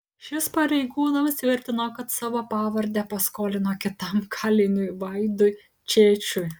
šis pareigūnams tvirtino kad savo pavardę paskolino kitam kaliniui vaidui čėčiui